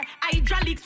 Hydraulic